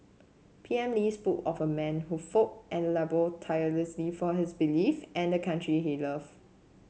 P M Lee spoke of a man who fought and laboured tirelessly for his beliefs and the country he love